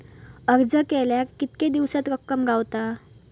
अर्ज केल्यार कीतके दिवसात रक्कम गावता?